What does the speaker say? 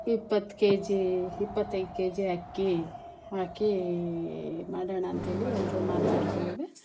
ಇಪ್ಪತ್ತು ಕೆಜೀ ಇಪ್ಪತ್ತೈದು ಕೆಜಿ ಅಕ್ಕಿ ಹಾಕಿ ಮಾಡೋಣ ಅಂತ್ಹೇಳಿ ಎಲ್ಲರು ಮಾತಾಡಿಕೊಂಡ್ವಿ